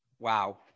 Wow